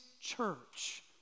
church